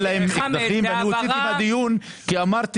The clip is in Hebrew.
אמרת